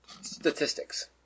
statistics